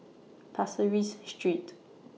Pasir Ris Street